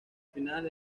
final